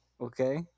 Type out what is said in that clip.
Okay